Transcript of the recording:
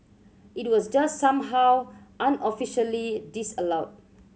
it was just somehow unofficially disallowed